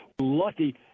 lucky